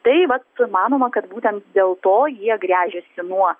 tai vat manoma kad būtent dėl to jie gręžiasi nuo